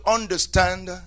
understand